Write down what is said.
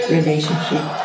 relationship